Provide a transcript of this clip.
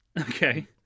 Okay